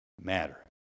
matter